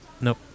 Nope